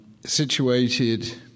situated